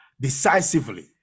decisively